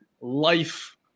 life